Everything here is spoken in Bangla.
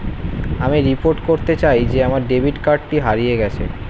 আমি রিপোর্ট করতে চাই যে আমার ডেবিট কার্ডটি হারিয়ে গেছে